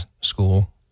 school